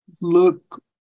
look